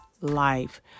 life